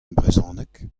brezhoneg